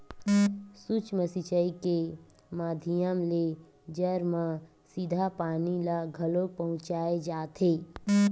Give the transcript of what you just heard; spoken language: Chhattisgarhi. सूक्ष्म सिचई के माधियम ले जर म सीधा पानी ल घलोक पहुँचाय जाथे